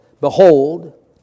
Behold